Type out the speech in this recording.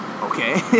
okay